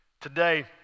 today